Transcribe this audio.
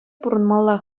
пурӑнмалла